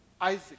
Isaac